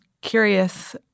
curious